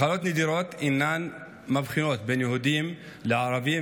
מחלות נדירות אינן מבחינות בין יהודים לערבים,